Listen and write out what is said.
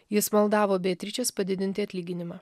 jis maldavo beatričės padidinti atlyginimą